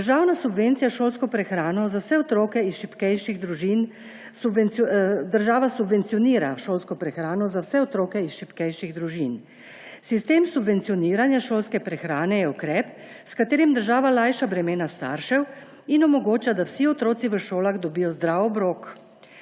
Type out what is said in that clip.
Država šolsko prehrano za vse otroke iz šibkejših družin subvencionira. Sistem subvencioniranja šolske prehrane je ukrep, s katerim država lajša bremena staršev in omogoča, da vsi otroci v šolah dobijo zdrav obrok.